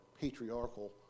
patriarchal